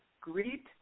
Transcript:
greet